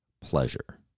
pleasure